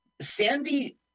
Sandy